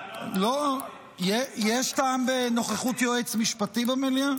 יש טעם בנוכחות יועץ משפטי במליאה?